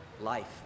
life